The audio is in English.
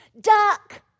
Duck